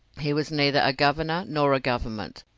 he was neither a governor nor a government,